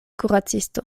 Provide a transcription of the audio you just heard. kuracisto